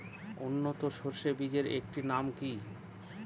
উন্নত সরষে বীজের একটি নাম কি?